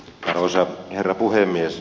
arvoisa herra puhemies